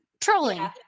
trolling